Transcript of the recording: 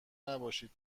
نباشید